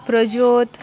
प्रजोत